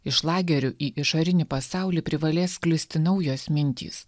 iš lagerių į išorinį pasaulį privalės sklisti naujos mintys